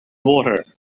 water